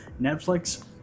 Netflix